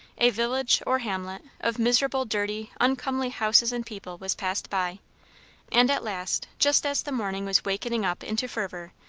a village, or hamlet, of miserable, dirty, uncomely houses and people, was passed by and at last, just as the morning was wakening up into fervour,